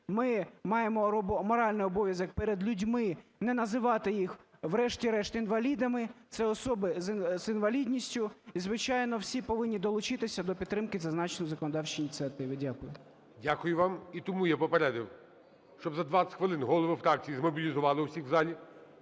Ми маємо моральний обов'язок перед людьми не називати їх, врешті-решт, інвалідами, це особи з інвалідністю. І звичайно, всі повинні долучитися до підтримки зазначеної законодавчої ініціативи. Дякую. ГОЛОВУЮЧИЙ. Дякую вам. І тому я попередив, щоб за 20 хвилин голови фракцій змобілізували усіх в залі.